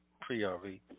pre-RV